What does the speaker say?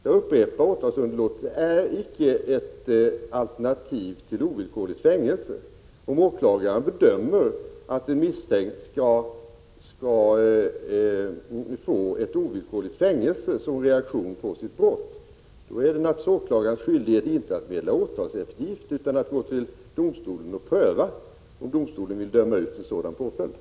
Jag upprepar att åtalsunderlåtelse icke är ett alternativ till ovillkorligt fängelsestraff. Om åklagaren bedömer att en misstänkt skall få ett ovillkorligt fängelsestraff som reaktion på sitt brott, är det naturligtvis åklagarens skyldighet, inte att meddela åtalseftergift utan att gå till domstolen och få prövat om domstolen vill utdöma en sådan påföljd.